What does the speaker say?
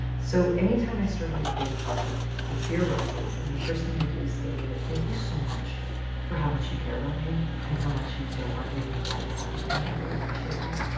so any time i start a new creative project the fear rises and the first thing i do is say to it, it, thank you so much for how much you care about me and how much you don't want anything bad to happen to me, and i really appreciate that.